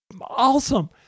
awesome